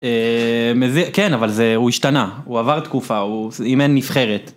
כן אבל זה הוא השתנה הוא עבר תקופה הוא אימן נבחרת.